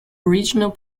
original